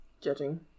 Judging